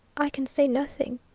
i can say nothing,